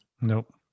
Nope